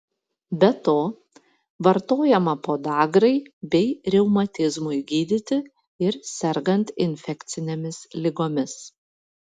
be to vartojama podagrai bei reumatizmui gydyti ir sergant infekcinėmis ligomis